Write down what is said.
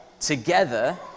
together